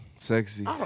Sexy